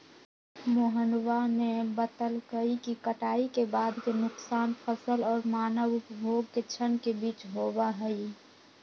मोहनवा ने बतल कई कि कटाई के बाद के नुकसान फसल और मानव उपभोग के क्षण के बीच होबा हई